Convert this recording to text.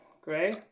Gray